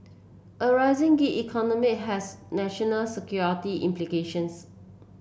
a rising gig economy has national security implications